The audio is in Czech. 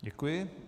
Děkuji.